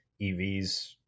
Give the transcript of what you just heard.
EVs